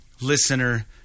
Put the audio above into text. listener